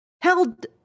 held